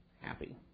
happy